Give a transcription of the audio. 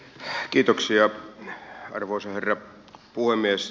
kiitoksia arvoisa herra puhemies